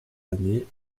années